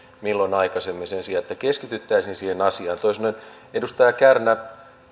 milloin aikaisemmin sen sijaan että keskityttäisiin siihen asiaan toisin sanoen edustaja kärnä